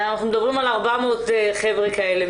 אנחנו מדברים על 400 חברה כאלה,